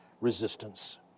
resistance